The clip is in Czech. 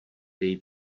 dej